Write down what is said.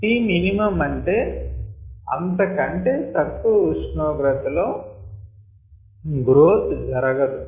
Tmin అంటే అంత కంటే తక్కువ ఉష్ణోగ్రత లో గ్రోత్ జరగదు